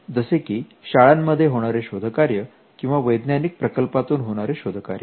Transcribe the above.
जसे की शाळांमध्ये होणारे शोधकार्य किंवा वैज्ञानिक प्रकल्पातून होणारे शोधकार्य